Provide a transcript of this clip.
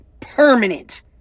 permanent